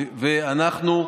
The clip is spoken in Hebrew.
לפני חודשיים,